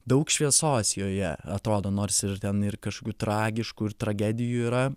daug šviesos joje atrodo nors ir ten ir kažkokių tragiškų ir tragedijų yra